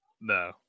No